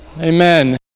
Amen